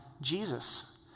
Jesus